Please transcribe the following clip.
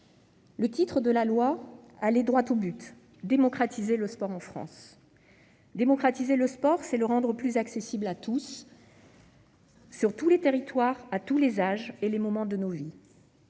originale, allait droit au but :« démocratiser le sport en France ». Démocratiser le sport, c'est le rendre plus accessible à tous, sur tous les territoires, à tous les âges et les moments de nos vies.